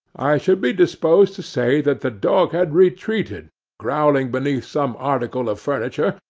i should be disposed to say that the dog had retreated growling beneath some article of furniture,